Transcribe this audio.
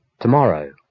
Tomorrow